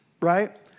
right